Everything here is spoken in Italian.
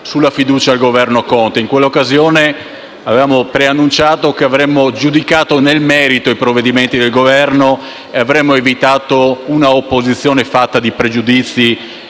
sulla fiducia al Governo Conte. In quell'occasione, avevamo preannunciato che avremmo giudicato nel merito i provvedimenti del Governo e avremmo evitato un'opposizione fatta di pregiudizi